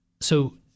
So-